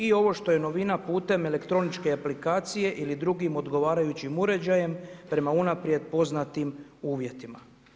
I ovo što je novina putem elektroničke aplikacije ili drugim odgovarajućim uređajem prema unaprijed poznatim uvjetima.